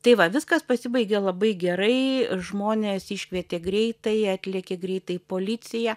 tai va viskas pasibaigė labai gerai žmonės iškvietė greitąją atlėkė greitai policija